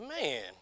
man